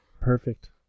perfect